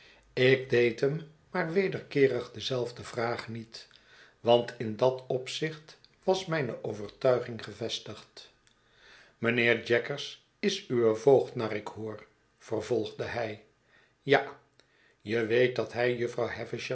ik deed hem maar wederkeerig dezelfde vraag niet want in dat opzicht was mijne overtuiging gevestigd mijnheer jaggers is uw voogd naar ik hoor vervolgde hij ja je weet dat hij jufvrouw